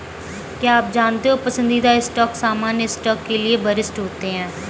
क्या आप जानते हो पसंदीदा स्टॉक सामान्य स्टॉक के लिए वरिष्ठ होते हैं?